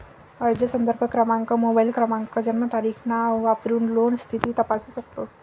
अर्ज संदर्भ क्रमांक, मोबाईल क्रमांक, जन्मतारीख, नाव वापरून लोन स्थिती तपासू शकतो